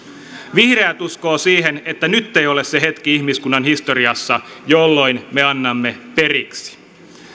vihreät uskoo siihen että nyt ei ole se hetki ihmiskunnan historiassa jolloin me annamme periksi